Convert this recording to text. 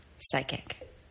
psychic